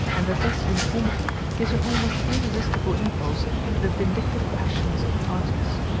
and that this uniformity gives an almost irresistible impulse to the vindictive passions of parties.